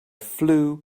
flue